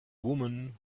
woman